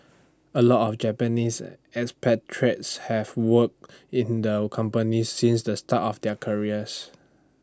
A lot of Japanese expatriates have worked in the company since the start of their careers